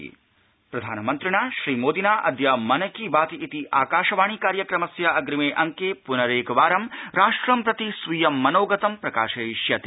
प्रधानमन्त्री मन की बात प्रधानमन्त्रिणा श्रीमोदिना अद्य मन की बात इति आकाशवाणी कार्यक्रमस्य अग्रिमे अंके पुनरेकवारं राष्ट्रं प्रति स्वीयं मनोगतं प्रकाशयिष्यते